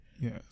Yes